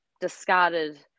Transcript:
discarded